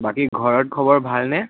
বাকী ঘৰত খবৰ ভালনে